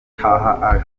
taha